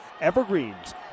Evergreens